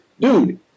dude